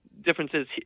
differences